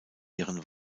ihren